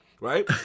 right